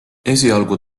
esialgu